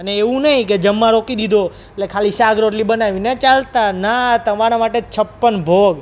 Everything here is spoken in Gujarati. અને એવું નહીં કે જમવા રોકી દીધો એટલે ખાલી શાક રોટલી બનાવીને ચાલતા ના તમારા માટે છપ્પન ભોગ